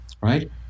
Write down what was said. right